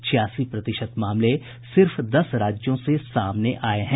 छियासी प्रतिशत मामले सिर्फ दस राज्यों से सामने आये हैं